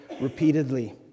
repeatedly